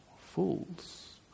fools